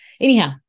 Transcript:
Anyhow